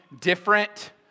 different